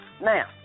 Now